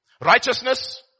righteousness